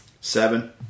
Seven